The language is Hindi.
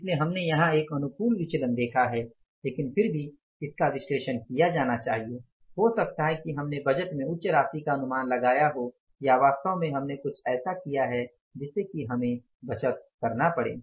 इसलिए हमने यहां एक अनुकूल विचलन देखा है लेकिन फिर भी इसका विश्लेषण किया जाना चाहिए हो सकता है कि हमने बजट में उच्च राशि का अनुमान लगाया हो या वास्तव में हमने कुछ ऐसा किया हो जिससे हमें बचत करना पड़े